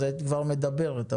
היית מדברת,